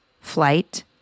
flight